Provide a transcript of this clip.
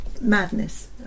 madness